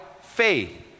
faith